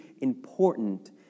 important